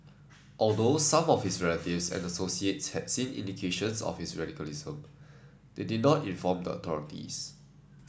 although some of his relatives and associates had seen indications of his radicalism they did not inform the authorities